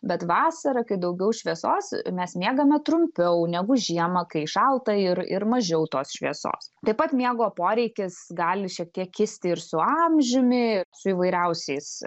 bet vasarą kai daugiau šviesos mes miegame trumpiau negu žiemą kai šalta ir ir mažiau tos šviesos taip pat miego poreikis gali šiek tiek kisti ir su amžiumi su įvairiausiais